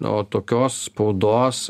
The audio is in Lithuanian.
o tokios spaudos